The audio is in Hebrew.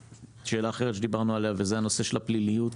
שאלה אחרת שדיברנו עליה וזה הנושא של הפליליות